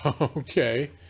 Okay